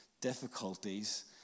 difficulties